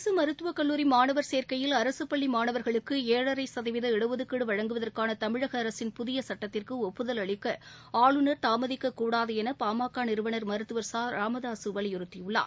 அரசு மருத்துவக் கல்லூரி மாணவர் சேர்க்கையில் அரசுப் பள்ளி மாணவர்களுக்கு ஏழரை சதவீத இடஒதுக்கீடு வழங்குவதற்கான தமிழக அரசின் புதிய சுட்டத்திற்கு ஒப்புதல் அளிக்க ஆளுநர் தாமதிக்கக்கூடாது என பாமக நிறுவனர் மருத்துவர் ச ராமதாசு வலியுறுத்தியுள்ளார்